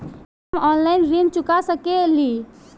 का हम ऑनलाइन ऋण चुका सके ली?